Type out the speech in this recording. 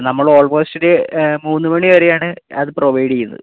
നമ്മൾ ഓൾമോസ്റ്റ് ഒരു മൂന്ന് മണി വരെ ആണ് അത് പ്രൊവൈഡ് ചെയ്യുന്നത്